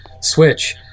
Switch